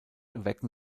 erwecken